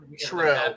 true